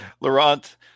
Laurent